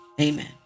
Amen